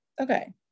Okay